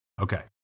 Okay